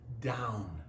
down